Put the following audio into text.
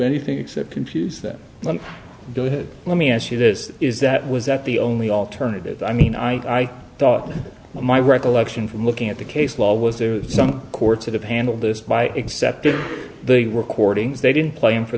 anything except confuse them let me ask you this is that was that the only alternative i mean i thought my recollection from looking at the case law was there are some courts that have handled this by accepting the recordings they didn't play in for